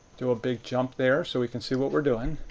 do a big jump there so we can see what we're doing.